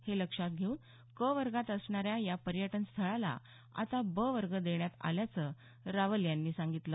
हे लक्षात घेवून क वर्गात असणाऱ्या या पर्यटनस्थळाला आता ब वर्ग देण्यात आल्याचं रावल यांनी सांगितलं